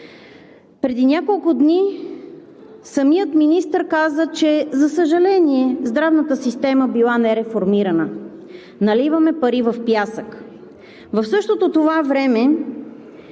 Преди няколко дни самият министър каза, че, за съжаление, здравната система била нереформирана. Наливаме пари в пясък. В същото това време,